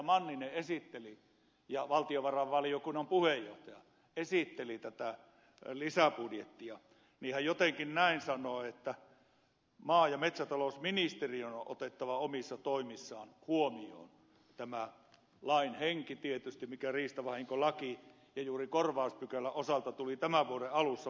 manninen eli valtiovarainvaliokunnan puheenjohtaja esitteli tätä lisäbudjettia niin hän jotenkin näin sanoi että maa ja metsätalousministeriön on otettava omissa toimissaan huomioon tämä lain henki tietysti kun riistavahinkolaki juuri korvauspykälän osalta tuli tämän vuoden alussa voimaan